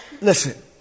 Listen